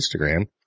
Instagram